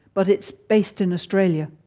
but it's based in australia.